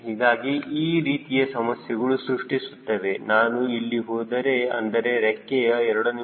ಹೀಗಾಗಿ ಈ ರೀತಿಯ ಸಮಸ್ಯೆಗಳು ಸೃಷ್ಟಿಸುತ್ತವೆ ನಾನು ಇಲ್ಲಿ ಹೋದರೆ ಅಂದರೆ ರೆಕ್ಕೆಯ a